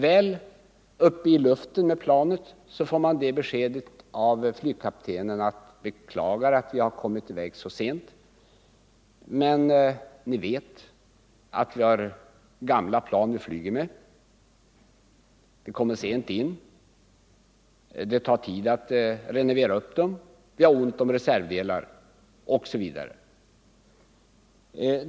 Väl uppe i luften beklagar flygkaptenen att man kommit i väg så sent och tillägger: Vi flyger med gamla plan, vi kommer sent in, och det tar tid att se över planen, vi har ont om reservdelar osv.